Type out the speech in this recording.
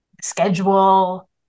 schedule